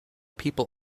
people